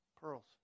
pearls